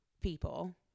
people